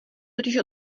totiž